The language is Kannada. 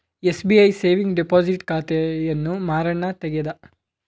ಎಸ್.ಬಿ.ಐ ಸೇವಿಂಗ್ ಡಿಪೋಸಿಟ್ ಖಾತೆಯನ್ನು ಮಾರಣ್ಣ ತೆಗದ